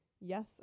Yes